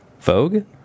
Vogue